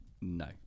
no